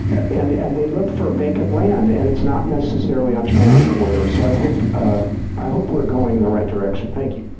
and and they look for vacant land, and it's not necessarily on transit corridors. so i ah i hope we're going in the right direction. thank you.